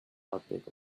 outbreak